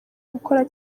gukora